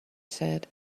said